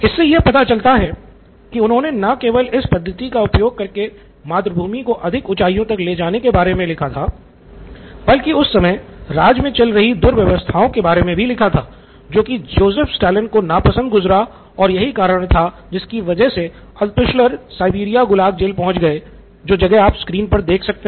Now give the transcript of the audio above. इससे यह पता चलता है कि उन्होंने न केवल इस पद्धति का उपयोग करके मातृभूमि को अधिक ऊँचाइयों तक ले जाने के बारे में लिखा था बल्कि उस समय राज्य में चल रही दुर्व्यवस्थाओं के बारे मे भी लिखा था जो की जोसेफ स्टालिन को न पसंद गुज़रा और यही कारण था जिसकी वजह से अल्त्शुलर साइबेरिया गुलाग जेल पहुँच गए जो जगह आप स्क्रीन पर देख सकते हैं